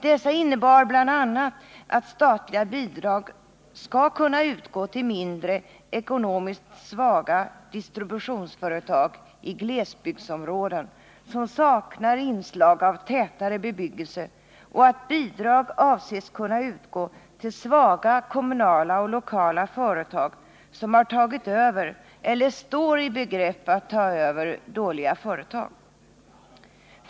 Dessa innebar bl.a. att statliga bidrag skall kunna utgå till mindre, ekonomiskt svaga distributions Nr 122 företag i glesbygdsområden som saknar inslag av tätare bebyggelse och att bidrag avses kunna utgå till svaga kommunala och lokala företag som har tagit över eller står i begrepp att ta över dåliga företag.